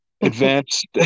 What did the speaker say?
Advanced